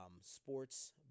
sports